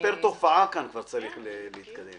זה כבר צריך להיות פר תופעה.